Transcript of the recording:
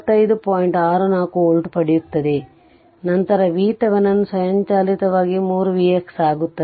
64 volt ಪಡೆಯುತ್ತದೆ ನಂತರ VThevenin ಸ್ವಯಂಚಾಲಿತವಾಗಿ 3 Vx ಆಗುತ್ತದೆ